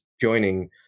joining